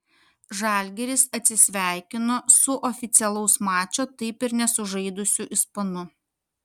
žalgiris atsisveikino su oficialaus mačo taip ir nesužaidusiu ispanu